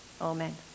Amen